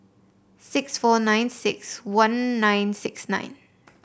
six four nine six one nine six nine